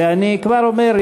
ואני כבר אומר,